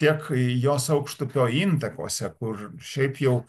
tiek jos aukštupio intakuose kur šiaip jau